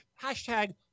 Hashtag